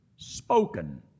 Spoken